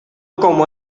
como